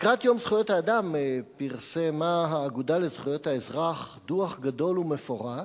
לקראת יום זכויות האדם פרסמה האגודה לזכויות האזרח דוח גדול ומפורט,